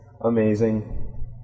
Amazing